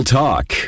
talk